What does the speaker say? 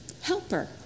Helper